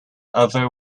other